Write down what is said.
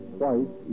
twice